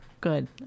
Good